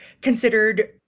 considered